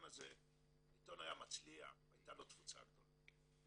הזה והעיתון היה מצליח והייתה לו תפוצה גדולה.